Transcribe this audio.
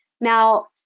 Now